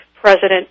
President